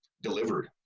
delivered